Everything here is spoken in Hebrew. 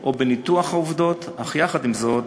או בניתוח העובדות לפעמים, אך עם זאת,